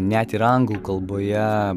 net ir anglų kalboje